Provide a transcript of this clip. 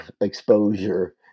exposure